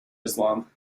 islam